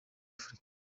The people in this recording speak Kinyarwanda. afrika